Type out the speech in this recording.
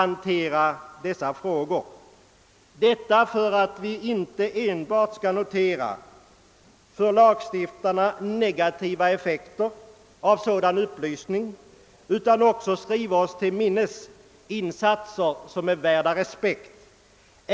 Jag vill ha sagt detta, så att inte enbart för lagstiftarna negativa effekter av sådan upplysning skall noteras i denna kammare utan också insatser som är värda respekt.